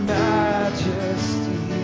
majesty